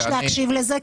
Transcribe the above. יש להקשיב לזה,